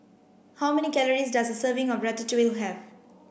how many calories does a serving of Ratatouille have